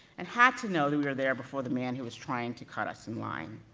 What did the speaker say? and had to know that we were there before the man who was trying to cut us in line,